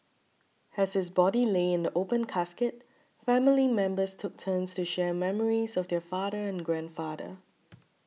as his body lay in the open casket family members took turns to share memories of their father and grandfather